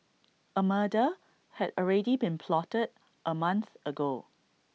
A murder had already been plotted A month ago